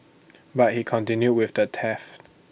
but he continued with the theft